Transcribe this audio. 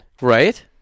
Right